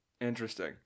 Interesting